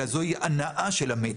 אלא זוהי הנאה של המת".